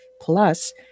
Plus